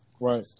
right